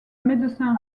médecin